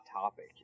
topic